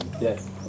Yes